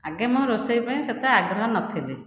ଆଗେ ମୁଁ ରୋଷେଇ ପାଇଁ ସେତେ ଆଗ୍ରହୀ ନଥିଲି